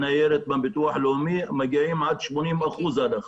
יכולות למלא ניירת ולהגיע עד 80% הנחה.